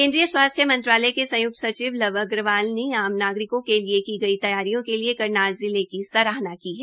केन्द्रीय स्वास्थ्य मंत्रालय के संयुक्त सचिव लव अग्रवाल ने आम नागरिकों के लिए की गई तैयारियों के लिए करनाल जिले की सराहना की है